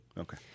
Okay